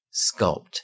sculpt